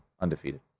undefeated